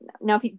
Now